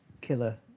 killer